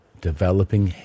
Developing